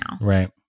Right